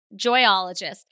joyologist